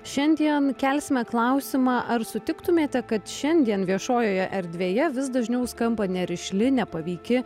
šiandien kelsime klausimą ar sutiktumėte kad šiandien viešojoje erdvėje vis dažniau skamba nerišli nepaveiki